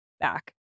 back